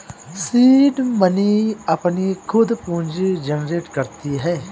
seed money अपनी खुद पूंजी जनरेट करती है